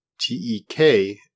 T-E-K